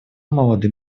молодым